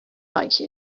like